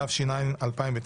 התש"ע 2009